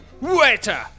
Waiter